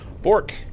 Bork